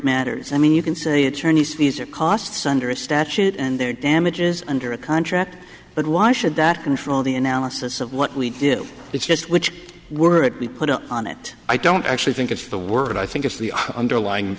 matters i mean you can say attorneys these are costs under a statute and there damages under a contract but why should that control the analysis of what we do it's just which were it be put on it i don't actually think it's the word i think it's the underlying